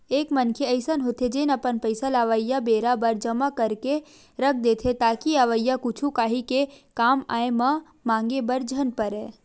एक मनखे अइसन होथे जेन अपन पइसा ल अवइया बेरा बर जमा करके के रख देथे ताकि अवइया कुछु काही के कामआय म मांगे बर झन परय